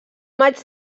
maig